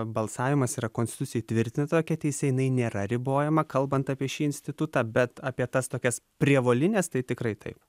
balsavimas yra konstitucijoj įtvirtinta tokia teisė jinai nėra ribojama kalbant apie šį institutą bet apie tas tokias prievolines tai tikrai taip